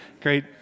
great